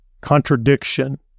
Contradiction